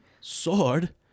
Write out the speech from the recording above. Sword